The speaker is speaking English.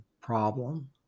problem